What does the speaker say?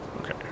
Okay